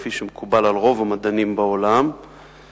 כפי שמקובל על רוב המדענים בעולם,